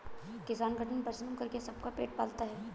किसान कठिन परिश्रम करके सबका पेट पालता है